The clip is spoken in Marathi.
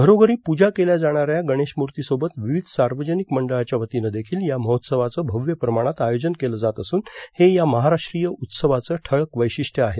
घरोघरी पूजा केल्या जाणाऱ्या गणेशमूर्तीसोबत विविध सार्वजनिक मंडळाच्या वतीनं देखील या महोत्सवाचं भव्य प्रमाणात आयोजन केलं जात असून हे या महाराष्ट्रीय उत्सवाचं ठळक वैशिष्टय आहे